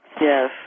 Yes